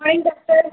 good morning doctor